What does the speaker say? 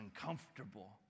uncomfortable